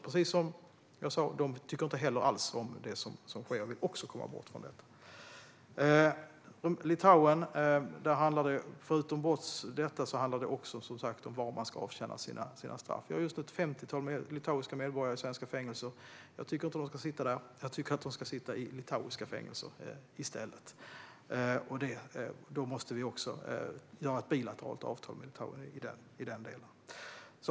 Precis som jag sa tycker de heller inte alls om det som sker utan vill också komma bort från detta. Vad gäller Litauen handlar det förutom detta också som sagt om var man ska avtjäna sina straff. Vi har just nu ett femtiotal litauiska medborgare i svenska fängelser. Jag tycker inte att de ska sitta där. Jag tycker att de ska sitta i litauiska fängelser i stället. Då måste vi också ingå ett bilateralt avtal med Litauen i den delen.